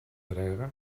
entrega